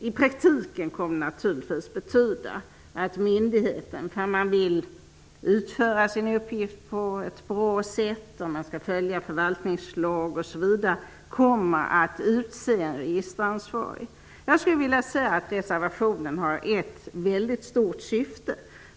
I praktiken kommer det naturligtvis att betyda att myndigheten, ifall man vill utföra sin uppgift på ett bra sätt och följa förvaltningslag osv., kommer att utse en registeransvarig. Jag skulle vilja säga att reservationen har ett väldigt stort syfte.